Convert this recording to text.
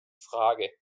frage